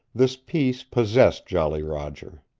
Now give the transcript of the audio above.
this peace possessed jolly roger.